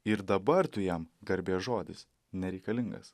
ir dabar tu jam garbės žodis nereikalingas